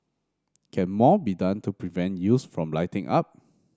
can more be done to prevent youths from lighting up